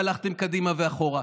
שהלכתם קדימה ואחורה,